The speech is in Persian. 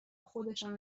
خودشان